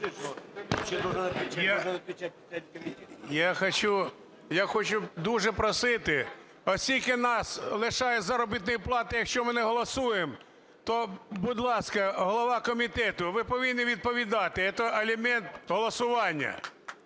Я хочу дуже просити, оскільки нас лишають заробітної плати, якщо ми не голосуємо, то, будь ласка, голова комітету, ви повинні відповідати – це елемент голосування,